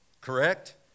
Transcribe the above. Correct